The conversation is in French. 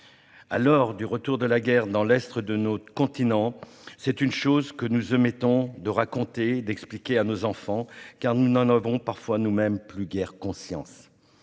l'heure du retour de la guerre dans l'est de notre continent, c'est une chose que nous omettons de raconter et d'expliquer à nos enfants, car, parfois, nous n'en avons nous-mêmes plus guère conscience.